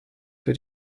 für